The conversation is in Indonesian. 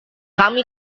kami